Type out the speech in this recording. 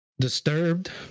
Disturbed